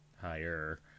higher